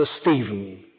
Stephen